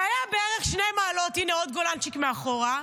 היו בערך 2 מעלות, הינה, עוד גולנצ'יק מאחורה,